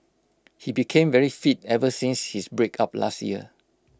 he became very fit ever since his breakup last year